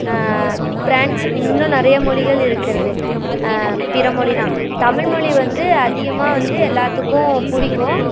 French இன்னும் நிறைய மொழிகள் இருக்கிறது பிறமொழினால் தமிழ்மொழி வந்து அதிகமாக வந்து எல்லாத்துக்கும் பிடிக்கும்